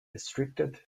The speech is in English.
restricted